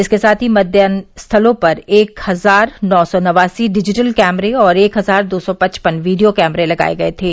इसके साथ ही मतदान स्थलों पर एक हजार नौ सौ नवासी डिजिटल कैमरे और एक हजार दो सौ पचपन वीडियो कैमरे लगाये गये थे